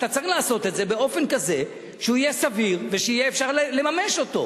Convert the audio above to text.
אתה צריך לעשות את זה באופן כזה שהוא יהיה סביר ושיהיה אפשר לממש אותו.